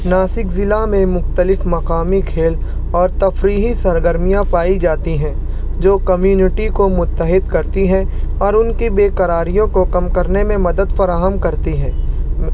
ناسک ضلع میں مختلف مقامی کھیل اور تفریحی سرگرمیاں پائی جاتی ہیں جو کمیونٹی کو متحد کرتی ہیں اور ان کی بے قراریوں کو کم کرنے میں مدد فراہم کرتی ہیں